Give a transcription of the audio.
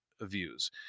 views